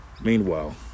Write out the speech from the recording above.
Meanwhile